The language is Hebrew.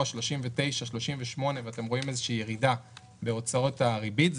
ה-39-38 ואתם רואים ירידה בהוצאות הריבית,